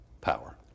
power